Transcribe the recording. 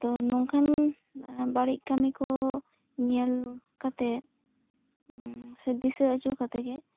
ᱛᱚ ᱱᱚᱝᱠᱟᱱ ᱵᱟᱹᱲᱤᱡ ᱠᱟᱹᱢᱤᱠᱚ ᱧᱮᱞ ᱠᱟᱛᱮ ᱥᱮ ᱫᱤᱥᱟᱹ ᱦᱤᱡᱩᱜ ᱠᱟᱛᱮ ᱜᱮ